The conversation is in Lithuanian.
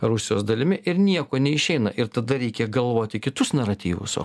rusijos dalimi ir nieko neišeina ir tada reikia galvoti kitus naratyvus o